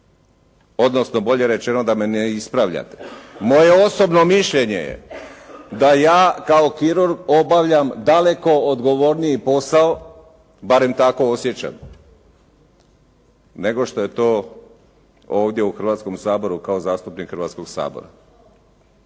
odnosno bolje rečeno da me ne ispravljate. Moje osobno mišljenje je da ja kao kirurg obavljam daleko odgovorniji posao, barem tako osjećam, nego što je to ovdje u Hrvatskom saboru kao zastupnik Hrvatskog sabora.